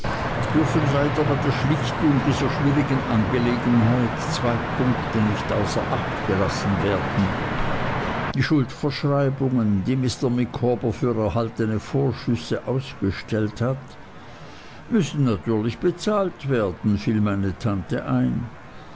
dürfen leider bei der schlichtung dieser schwierigen angelegenheit zwei punkte nicht außer acht gelassen werden die schuldverschreibungen die mr micawber für erhaltene vorschüsse ausgestellt hat müssen natürlich bezahlt werden fiel meine tante ein